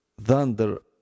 thunder